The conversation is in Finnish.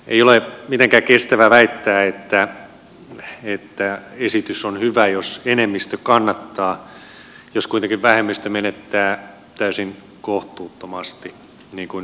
ei ole mitenkään kestävää väittää että esitys on hyvä jos enemmistö sitä kannattaa jos kuitenkin vähemmistö menettää täysin kohtuuttomasti niin kuin nyt tapahtuu